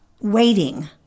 waiting